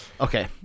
okay